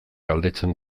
galdetzen